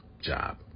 job